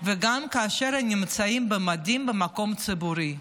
וגם כאשר הם נמצאים במדים במקום ציבורי.